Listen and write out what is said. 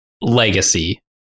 legacy